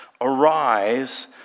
arise